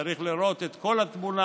צריך לראות את כל התמונה,